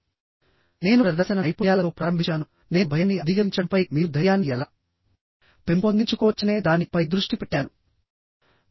నేను సాధారణంగా ప్రదర్శన నైపుణ్యాలతో ప్రారంభించాను ఆపై నేను భయాన్ని అధిగమించడంపై మరియు మీరు ధైర్యాన్ని ఎలా పెంపొందించుకోవచ్చనే దాని పై దృష్టి పెట్టాను